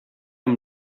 amb